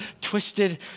twisted